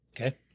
Okay